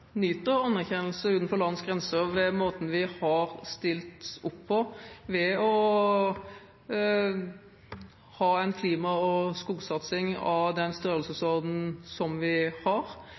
anerkjennelse utenfor landets grenser for måten vi har stilt opp på ved å ha en klima- og skogsatsing av den størrelsesorden som vi har,